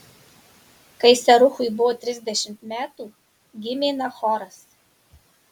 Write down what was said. kai seruchui buvo trisdešimt metų gimė nachoras